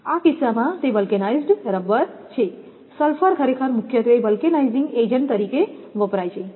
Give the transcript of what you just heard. આ કિસ્સામાં તે વલ્કેનાઇઝ્ડ રબર છે સલ્ફર ખરેખર મુખ્યત્વે વલ્કેનાઇઝિંગ એજન્ટ તરીકે વપરાય છે